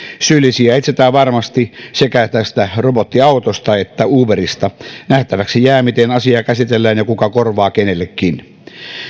syyllisiä etsitään varmasti sekä tästä robottiautosta että uberista nähtäväksi jää miten asia käsitellään ja kuka korvaa kenellekin